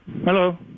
hello